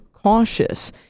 cautious